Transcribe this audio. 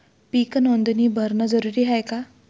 पीक नोंदनी भरनं जरूरी हाये का?